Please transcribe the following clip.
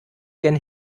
gen